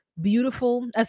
beautiful